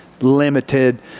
limited